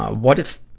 what, if,